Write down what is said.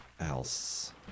Else